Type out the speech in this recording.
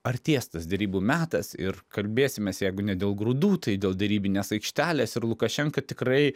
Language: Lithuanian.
artės tas derybų metas ir kalbėsimės jeigu ne dėl grūdų tai dėl derybinės aikštelės ir lukašenka tikrai